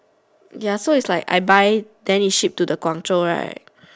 ya so it's like I buy then it ship to the Guangzhou right